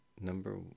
number